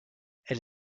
elle